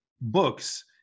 books